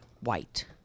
white